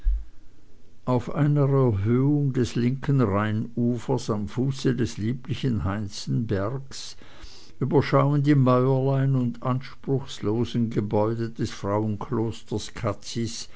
auf einer erhöhung des linken rheinufers am fuße des lieblichen heinzenbergs überschauen die mäuerlein und anspruchslosen gebäude des frauenklosters cazis